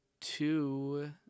two